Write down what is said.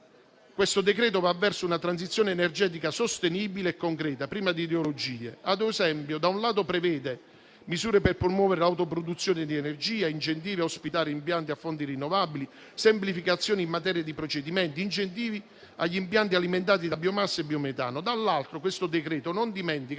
esame va verso una transizione energetica sostenibile e concreta, priva di ideologie. Ad esempio, da un lato prevede misure per promuovere l'autoproduzione di energia, incentivi a ospitare impianti a fonti rinnovabili, semplificazioni in materia di procedimenti e incentivi agli impianti alimentati da biomassa e biometano. Dall'altro lato, il provvedimento non dimentica